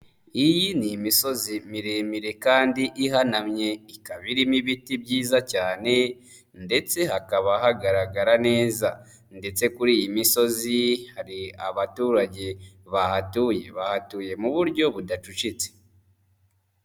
Iyi ni imisozi miremire kandi ihanamye, ikaba irimo ibiti byiza cyane ndetse hakaba hagaragara neza ndetse kuri iyi misozi hari abaturage bahatuye, bahatuye mu buryo budacucitse.